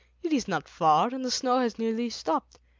it is not far, and the snow has nearly stopped,